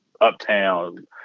Uptown